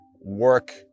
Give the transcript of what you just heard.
work